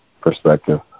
perspective